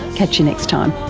catch you next time